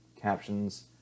captions